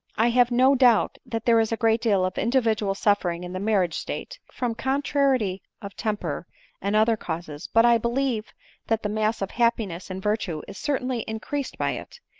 i have no doubt that there is a great deal of individual suffering in the marriage state, from contrariety of temper and other causes but i believe that the mass of happiness and virtue is certainly increased by it.